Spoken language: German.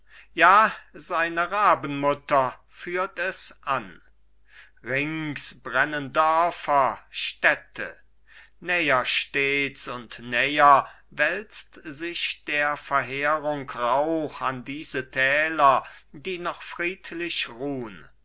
ja seine rabenmutter führt es an rings brennen dörfer städte näher stets und näher wälzt sich der verheerung rauch an diese täler die noch friedlich ruhn